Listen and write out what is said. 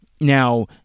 now